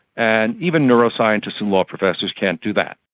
and even neuroscientists and law professors can't do that.